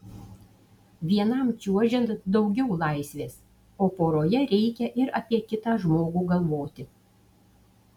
vienam čiuožiant daugiau laisvės o poroje reikia ir apie kitą žmogų galvoti